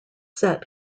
set